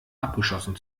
abgeschossen